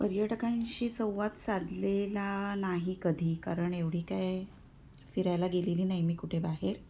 पर्यटकांशी संवाद साधलेला नाही कधी कारण एवढी काय फिरायला गेलेली नाही मी कुठे बाहेर